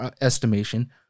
estimation